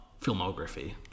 filmography